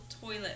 toilet